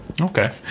Okay